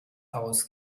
aus